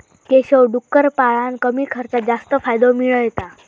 केशव डुक्कर पाळान कमी खर्चात जास्त फायदो मिळयता